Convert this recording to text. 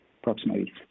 approximately